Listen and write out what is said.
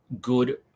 good